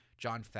John